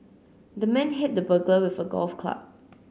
the man hit the burglar with a golf club